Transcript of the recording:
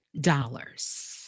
dollars